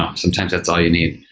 um sometimes that's all you need.